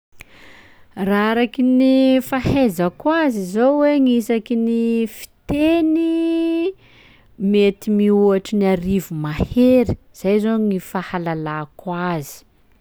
Raha araky ny fahaizako azy zao hoe gny isaky ny fiteny mety mihoatry ny arivo mahery, zay zao gny fahalalako azy.